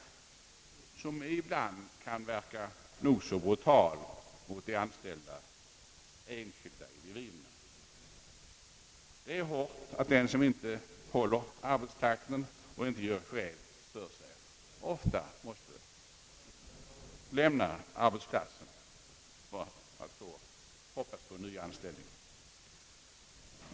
Denna kan ibland verka nog så brutal mot de anställda enskilda individerna. Det är hårt för den som inte håller arbetstakten och inte gör skäl för sig att i många fall bli tvungen att lämna arbetsplatsen för att, som man hoppas, få en ny anställning.